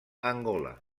angola